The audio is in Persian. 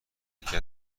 یکی